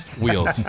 wheels